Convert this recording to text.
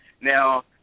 Now